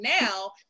now